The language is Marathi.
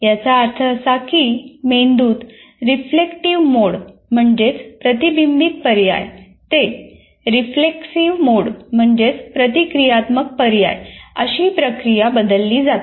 याचा अर्थ असा की मेंदूत रिफ्लेक्टीव्ह मोड अशी प्रक्रिया बदलली जाते